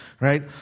right